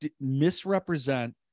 misrepresent